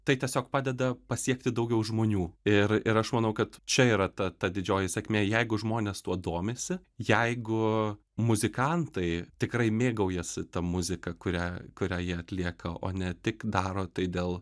tai tiesiog padeda pasiekti daugiau žmonių ir ir aš manau kad čia yra ta ta didžioji sėkmė jeigu žmonės tuo domisi jeigu muzikantai tikrai mėgaujasi ta muzika kurią kurią jie atlieka o ne tik daro tai dėl